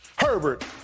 Herbert